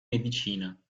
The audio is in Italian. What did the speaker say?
medicina